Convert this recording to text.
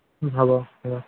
হ'ব হ'ব